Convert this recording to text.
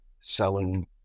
selling